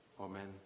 Amen